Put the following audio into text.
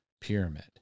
pyramid